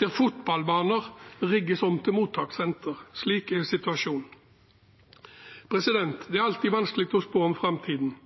der fotballbaner rigges om til mottakssenter. Slik er situasjonen. Det er alltid vanskelig å spå om framtiden,